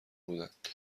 بودند